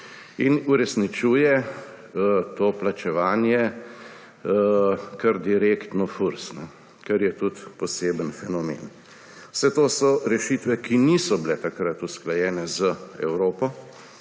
In uresničuje to plačevanje kar direktno Furs, kar je tudi poseben fenomen. Vse to so rešitve, ki niso bile takrat usklajene z Evropo